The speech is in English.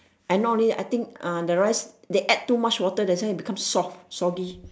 I not only I think ah the rice they add too much water that's why become soft soggy